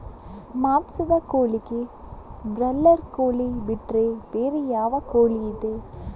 ಮಾಂಸದ ಕೋಳಿಗೆ ಬ್ರಾಲರ್ ಕೋಳಿ ಬಿಟ್ರೆ ಬೇರೆ ಯಾವ ಕೋಳಿಯಿದೆ?